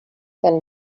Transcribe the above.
than